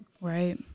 Right